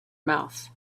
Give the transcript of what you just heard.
mouth